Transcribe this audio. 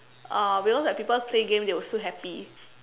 uh because when people play game they will feel happy